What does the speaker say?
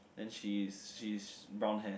and she is she is brown hair